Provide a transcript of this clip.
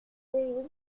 terrible